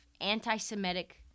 anti-Semitic